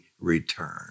return